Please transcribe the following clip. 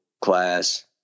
class